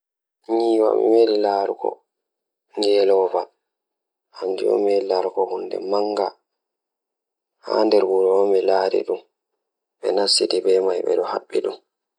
Nder jammaaji ɗe mi njeyi goɗɗo rewɓe ngal, mi waawi njeyi ndungu. Mi njeyii ɗum haala to njippiɗam nder ɗiɗi sabu ngal.